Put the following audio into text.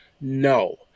no